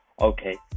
okay